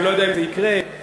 אני לא יודע אם זה יקרה בדורנו,